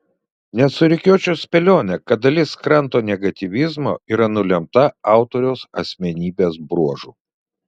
net surikiuočiau spėlionę kad dalis kranto negatyvizmo yra nulemta autoriaus asmenybės bruožų